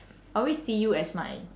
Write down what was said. I always see you as my